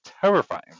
terrifying